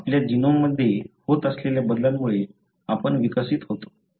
आपल्या जीनोममध्ये होत असलेल्या बदलांमुळे आपण विकसित होतो